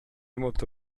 molto